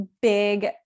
big